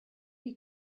you